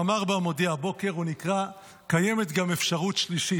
מאמר בהמודיע הבוקר שנקרא "קיימת גם אפשרות שלישית".